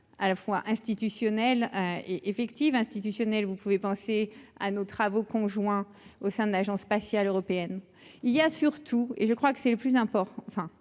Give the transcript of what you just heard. à la fois institutionnelle et effective institutionnel, vous pouvez penser à nos travaux conjoints au sein de l'Agence spatiale européenne, il y a surtout, et je crois que c'est le plus important,